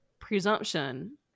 presumption